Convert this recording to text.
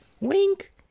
Wink